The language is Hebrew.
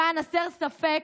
למען הסר ספק,